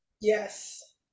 Yes